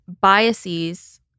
biases